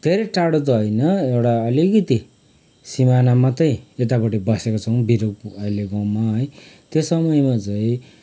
धेरै टाढो त होइन एउटा अलिकति सिमाना मात्रै यतापट्टि बसेको छौँ बिरुप अहिले गाँउमा है त्यो समयमा चाहिँ